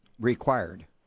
required